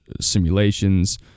simulations